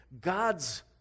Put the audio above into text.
God's